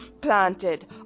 planted